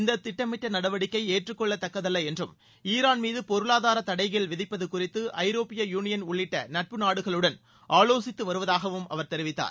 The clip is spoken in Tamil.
இந்த திட்டமிட்ட நடவடிக்கை ஏற்றுக்கொள்ளத்தக்கதல்ல என்றும் ஈரான் மீது பொருளாதார தடைகள் விதிப்பது குறித்து ஐரோப்பிய யூளியன் உள்ளிட்ட நட்பு நாடுகளுடன் ஆலோசித்து வருவதாகவும் அவர் தெரிவித்தார்